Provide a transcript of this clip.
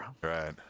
Right